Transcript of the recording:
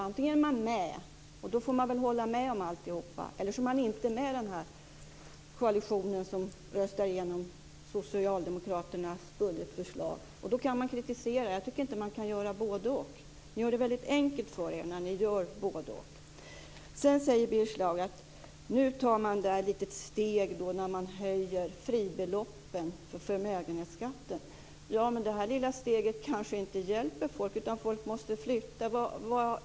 Antingen är man med, och då får man väl hålla med om alltihop, eller så är man inte med i den koalition som röstade igenom Socialdemokraternas budgetförslag, och då kan man kritisera. Jag tycker inte att man kan göra bådeoch. Ni gör det väldigt enkelt för er när ni gör bådeoch. Birger Schlaug säger att man tar ett litet steg nu när man höjer fribeloppen för förmögenhetsskatten. Ja, men det här lilla steget kanske inte hjälper folk utan folk måste flytta.